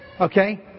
Okay